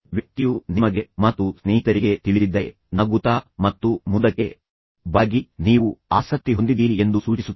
ವ್ಯಕ್ತಿಯು ನಿಮಗೆ ಮತ್ತು ಸ್ನೇಹಿತರಿಗೆ ತಿಳಿದಿದ್ದರೆ ನಗುತ್ತಾ ಮತ್ತು ಮುಂದಕ್ಕೆ ಬಾಗಿ ನೀವು ಆಸಕ್ತಿ ಹೊಂದಿದ್ದೀರಿ ಎಂದು ಸೂಚಿಸುತ್ತದೆ